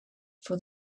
for